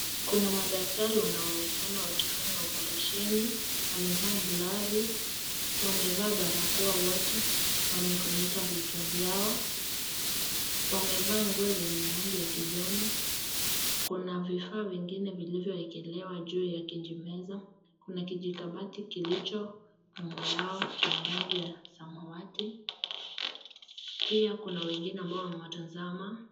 Kuna madaktari wanaonekana wakifanya oparesheni. Wamevaa glavu, wamevaa barakoa wote, wamefunika vichwa vyao, wamevaa nguo zenye rangi ya kijani. Kuna vifaa vingine vilivyoekelewa juu ya kijimeza. Kuna kijikabati kilicho nyuma yao chenye rangi ya samawati. Pia kuna wengine ambao wanawatazama.